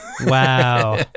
Wow